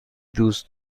دوست